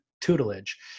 tutelage